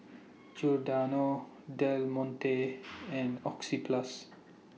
Giordano Del Monte and Oxyplus